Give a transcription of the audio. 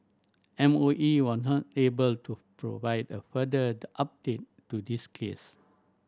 M O E was not able to provide a further update to this case